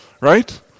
right